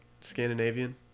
Scandinavian